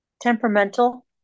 Temperamental